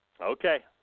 Okay